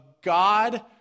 God